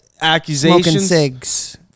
Accusations